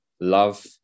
love